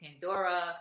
Pandora